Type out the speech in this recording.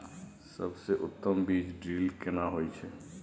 सबसे उत्तम बीज ड्रिल केना होए छै?